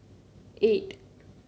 eight